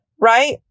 right